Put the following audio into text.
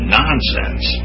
nonsense